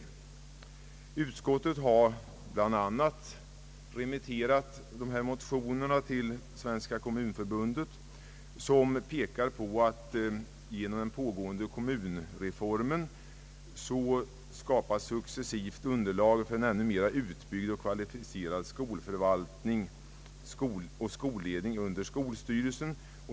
Utskottet har remitterat dessa motioner bl.a. till Svenska kommunförbundet. Förbundet pekar på att genom den pågående kommunreformen skapas successivt underlag för en ännu mera utbyggd och kvalificerad skolförvaltning och skolledning under skolstyrelsen.